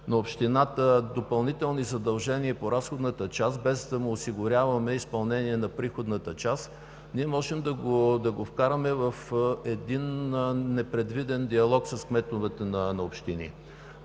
на общината допълнителни задължения по разходната част, без да му осигуряваме изпълнение на приходната част, ние можем да го вкараме в непредвиден диалог с кметовете на общини.